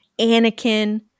Anakin